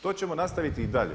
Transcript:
To ćemo nastaviti i dalje.